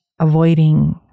avoiding